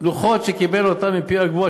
לוחות שקיבל מפי הגבורה,